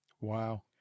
Wow